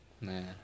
man